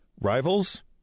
Rivals